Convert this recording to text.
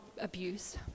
abuse